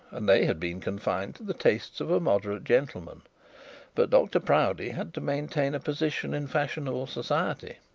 and they had been confined to the tastes of a moderate gentleman but dr proudie had to maintain a position in fashionable society,